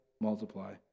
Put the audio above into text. multiply